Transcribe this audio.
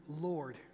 Lord